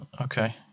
Okay